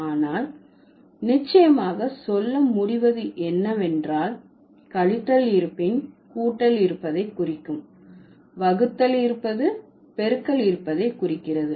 ஆனால் நிச்சயமாக சொல்ல முடிவது என்னவென்றால் கழித்தல் இருப்பின் கூட்டல் இருப்பதைக் குறிக்கும் வகுத்தல் இருப்பது பெருக்கல் இருப்பதை குறிக்கிறது